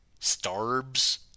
Starbs